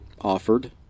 offered